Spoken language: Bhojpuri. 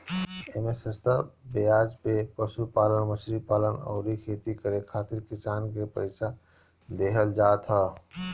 एमे सस्ता बेआज पे पशुपालन, मछरी पालन अउरी खेती करे खातिर किसान के पईसा देहल जात ह